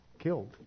killed